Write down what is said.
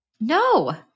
No